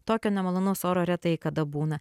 tokio nemalonaus oro retai kada būna